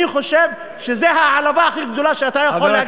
אני חושב שזו ההעלבה הכי גדולה שאתה יכול,